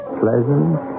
Pleasant